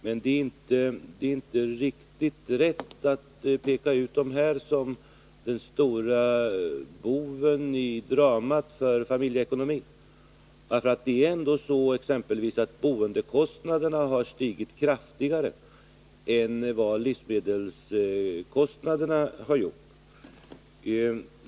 Men det är inte riktigt rätt att peka ut dem som den stora boven i dramat för familjeekonomin. Boendekostnaderna exempelvis har stigit kraftigare än livsmedelskostnaderna har gjort.